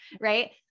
right